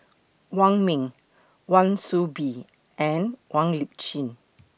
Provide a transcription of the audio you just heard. Wong Ming Wan Soon Bee and Wong Lip Chin